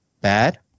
bad